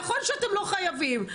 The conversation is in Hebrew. נכון שאתם לא חייבים,